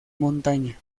montaña